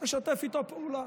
לשתף איתו פעולה.